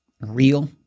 real